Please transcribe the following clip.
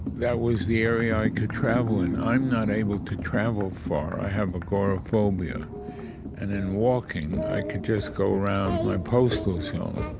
that was the area i could travel in. i'm not able to travel far. i have agoraphobia and in walking, i could just go around my postal zone